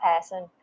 person